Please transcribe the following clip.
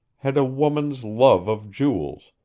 had a woman's love of jewels,